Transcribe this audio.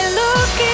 look